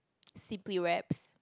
simply-wrapps